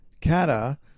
kata